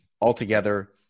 altogether